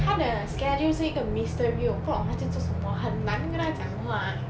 他的 schedule 是一个 mystery 我不懂他在做什么很难跟他讲话